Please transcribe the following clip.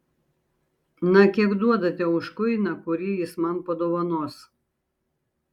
na kiek duodate už kuiną kurį jis man padovanos